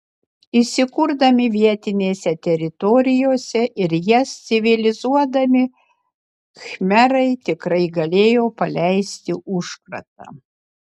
įsikurdami vietinėse teritorijose ir jas civilizuodami khmerai tikrai galėjo paleisti užkratą